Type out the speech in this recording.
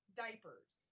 diapers